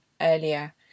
earlier